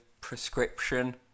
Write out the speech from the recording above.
prescription